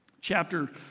chapter